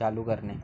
चालू करणे